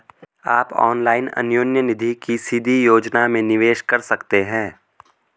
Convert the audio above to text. आप ऑनलाइन अन्योन्य निधि की सीधी योजना में निवेश कर सकते हैं